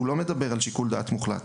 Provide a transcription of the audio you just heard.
הוא לא מדבר על שיקול דעת מוחלט.